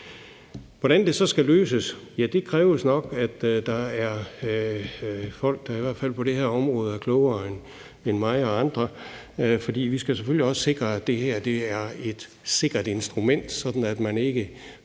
Hvordan skal det så løses? Ja, det kræver nok, at der er folk, der i hvert fald på det her område er klogere end mig og andre, for vi skal selvfølgelig også sikre, at det her er et sikkert instrument, sådan at man ikke